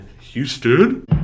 Houston